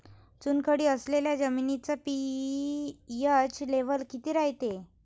चुनखडी असलेल्या जमिनीचा पी.एच लेव्हल किती रायते?